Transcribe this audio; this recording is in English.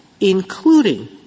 including